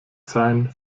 sein